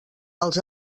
els